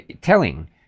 Telling